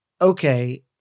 okay